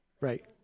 Right